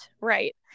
right